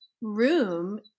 room